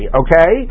okay